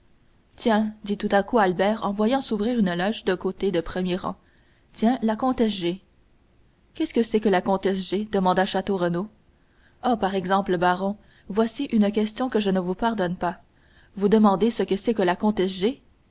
tiens dit tout à coup albert en voyant s'ouvrir une loge de côté de premier rang tiens la comtesse g qu'est-ce que c'est que la comtesse g demanda château renaud oh par exemple baron voici une question que je ne vous pardonne pas vous demandez ce que c'est que la